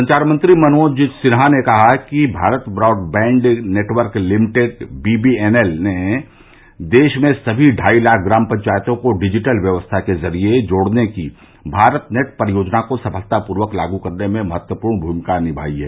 संचार मंत्री मनोज सिन्हा ने कहा है कि Bharat broadband network limited BBNL ने देश में सभी ढ़ाई लाख ग्राम पंचायतों को डिजिटल व्यक्स्था के जरिये जोड़ने की भारत नेट परियोजना को सफलतापूर्वक लागू करने में महत्वपूर्ण भूमिका निमाई है